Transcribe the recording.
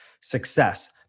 success